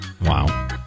Wow